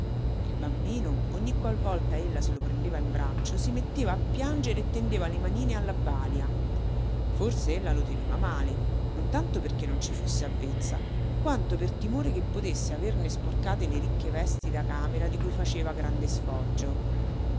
il bambino ogni qual volta ella se lo prendeva in braccio si metteva a piangere e tendeva le manine alla balia forse ella lo teneva male non tanto perché non ci fosse avvezza quanto per timore che potesse averne sporcate le ricche vesti da camera di cui faceva grande sfoggio